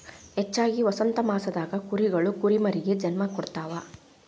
ಹೆಚ್ಚಾಗಿ ವಸಂತಮಾಸದಾಗ ಕುರಿಗಳು ಕುರಿಮರಿಗೆ ಜನ್ಮ ಕೊಡ್ತಾವ